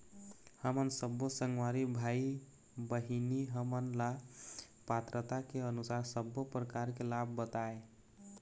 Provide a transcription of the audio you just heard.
हमन सब्बो संगवारी भाई बहिनी हमन ला पात्रता के अनुसार सब्बो प्रकार के लाभ बताए?